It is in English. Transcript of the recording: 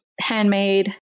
handmade